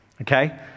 okay